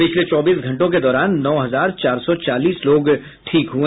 पिछले चौबीस घंटों के दौरान नौ हजार चार सौ चालीस लोग ठीक हुए